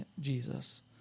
Jesus